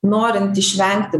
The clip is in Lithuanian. norint išvengti